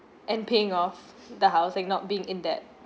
and paying off the house so I'm not being in debt